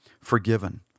forgiven